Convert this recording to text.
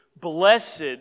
Blessed